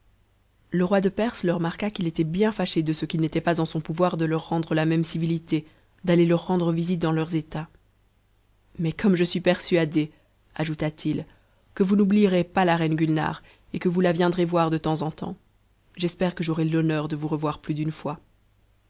le roi de perse leur marqua qu'il était bien lâché je ce qu'il n'était pas en son pouvoir de leur rendre la même civilité d'auer leur rendre visite dans leurs états mais comme je suis persuadé ajouta t i que vous n'oublierez pas la reine gulnare et que vousla viendrez voir de temps en temps j'espère que j'aurai l'honneur de vous revoir plus d'une fois